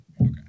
Okay